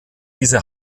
diese